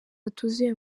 atuzuye